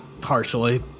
Partially